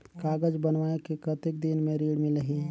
कागज बनवाय के कतेक दिन मे ऋण मिलही?